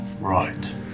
right